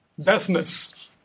Deathness